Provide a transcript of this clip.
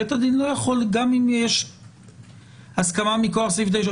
גם אם הסכמה מכוח סעיף 9,